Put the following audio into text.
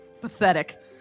pathetic